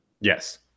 Yes